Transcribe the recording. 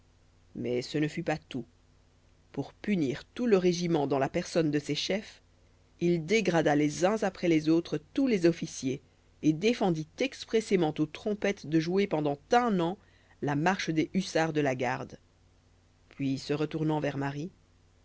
mais ce ne fut pas tout pour punir tout le régiment dans la personne de ses chefs il dégrada les uns après les autres tous les officiers et défendit expressément aux trompettes de jouer pendant un an la marche des hussards de la garde puis se retournant vers marie